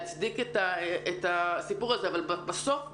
ולהצדיק את הסיפור הזה אבל בסוף בסוף,